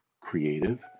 creative